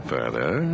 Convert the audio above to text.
Further